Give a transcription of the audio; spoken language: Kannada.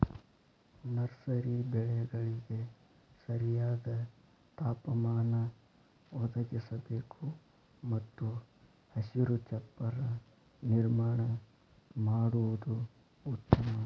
ನರ್ಸರಿ ಬೆಳೆಗಳಿಗೆ ಸರಿಯಾದ ತಾಪಮಾನ ಒದಗಿಸಬೇಕು ಮತ್ತು ಹಸಿರು ಚಪ್ಪರ ನಿರ್ಮಾಣ ಮಾಡುದು ಉತ್ತಮ